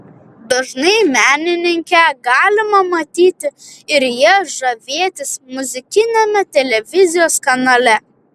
dažnai menininkę galime matyti ir ja žavėtis muzikiniame televizijos kanale